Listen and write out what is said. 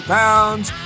pounds